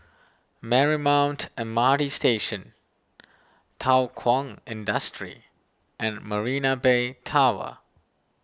Marymount M R T Station Thow Kwang Industry and Marina Bay Tower